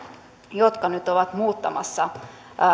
jotka nyt ovat muuttamassa